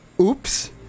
Oops